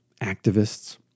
activists